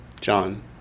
John